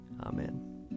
Amen